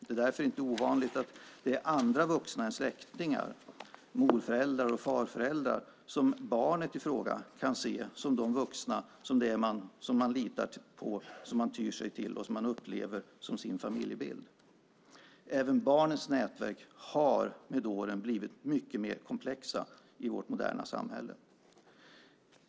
Det är därför inte ovanligt att det är andra vuxna än släktingar, morföräldrar och farföräldrar som barnet i fråga kan se som de vuxna som man litar på, tyr sig till och upplever som sin familjebild. Även barnens nätverk har med åren blivit mycket mer komplexa i vårt moderna samhälle.